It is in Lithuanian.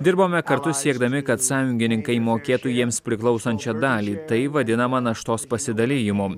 dirbome kartu siekdami kad sąjungininkai mokėtų jiems priklausančią dalį tai vadinama naštos pasidalijimu